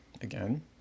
Again